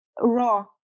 raw